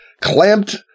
clamped